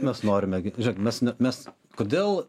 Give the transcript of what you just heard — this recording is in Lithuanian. mes norime žiūrėk mes mes kodėl